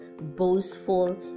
boastful